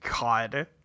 God